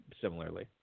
Similarly